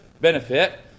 benefit